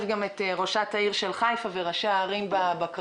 גם את ראש העיר של חיפה וגם את ראשי הערים בקריות.